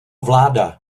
vláda